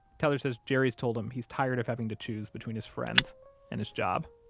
tyler says jerry's told him he's tired of having to choose between his friends and his job